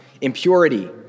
impurity